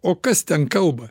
o kas ten kalba